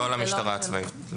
לא על המשטרה הצבאית.